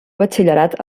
batxillerat